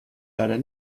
leider